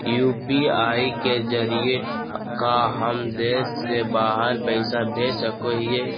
UPI के जरिए का हम देश से बाहर पैसा भेज सको हियय?